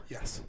Yes